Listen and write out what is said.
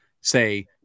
say